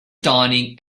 dawning